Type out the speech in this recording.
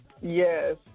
yes